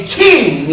king